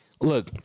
look